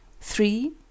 three